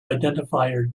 identifier